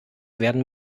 werden